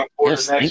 Yes